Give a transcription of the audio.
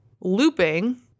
looping